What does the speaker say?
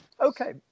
Okay